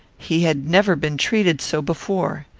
he had never been treated so before.